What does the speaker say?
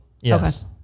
Yes